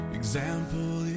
example